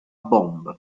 bombe